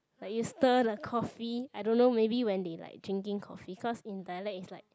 like you stir the coffee I don't know maybe when they like changing coffee cause in dialect is like